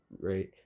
right